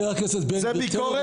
זה ביקורת?